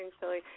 silly